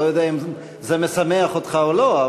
לא יודע אם זה משמח אותך או לא,